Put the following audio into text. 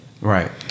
Right